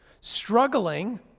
struggling